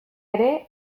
ere